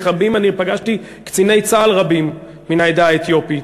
ופגשתי קציני צה"ל רבים מן העדה האתיופית,